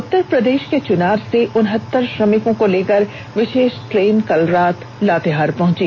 उत्तर प्रदेष के चुनार से उनहत्तर श्रमिकों को लेकर विषेष ट्रेन कल रात लातेहार पहुंची